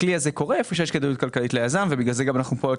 הכלי הזה קורה איפה שיש כדאיות כלכלית ליזם ומיד נפרט את